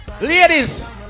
Ladies